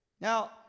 Now